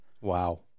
Wow